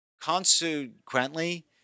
Consequently